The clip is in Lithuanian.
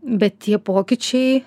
bet tie pokyčiai